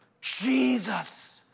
jesus